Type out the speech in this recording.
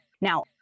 Now